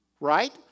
right